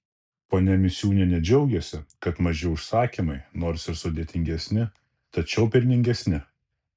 ponia misiūnienė džiaugiasi kad maži užsakymai nors ir sudėtingesni tačiau pelningesni